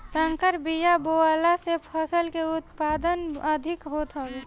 संकर बिया बोअला से फसल के उत्पादन अधिका होत हवे